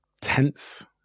tense